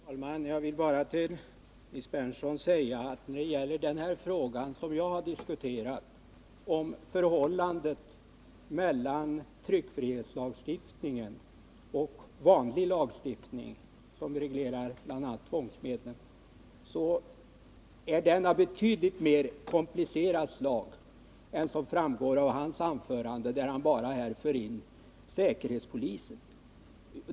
Herr talman! Jag vill bara till Nils Berndtson säga att när det gäller den fråga som jag diskuterar, frågan om förhållandet mellan tryckfrihetslagstiftningen och vanlig lagstiftning som reglerar bl.a. tvångsmedlen, så är den av betydligt mer komplicerat slag än som framgår av Nils Berndtsons anförande, där han uppehåller sig vid enbart säkerhetspolisen.